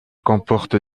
comporte